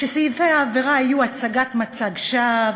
סעיפי העבירה יהיו הצגת מצג שווא,